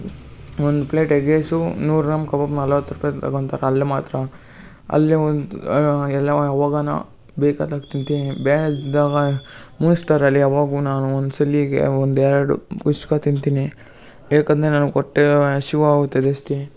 ಒಂದು plate egg rice ನೂರು gram ಕಬಾಬ್ ನಲ್ವತ್ತು ರೂಪಾಯ್ ತಗೊಂತಾರ ಅಲ್ಲಿ ಮಾತ್ರ ಅಲ್ಲಿ ಒಂದು ಎಲ್ಲರೂ ಹೋಗನ ಬೇಕಾದಾಗ ತಿಂತೀನಿ ಬೇಡ್ದಿದ್ದಾಗ ಮೂನ್ ಸ್ಟಾರಲ್ಲಿ ಯಾವಾಗೂ ನಾನು ಒಂದು ಸಲಿಗೆ ಒಂದು ಎರಡು ಕುಷ್ಕ ತಿಂತೀನಿ ಯಾಕಂದರೆ ನನಗೆ ಹೊಟ್ಟೆ ಹಶುವಾಗುತ್ತೆ ಜಾಸ್ತಿ